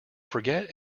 forget